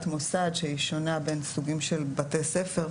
מוסד שהיא שונה בין סוגים של בתי ספר.